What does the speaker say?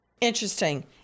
Interesting